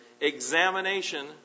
Examination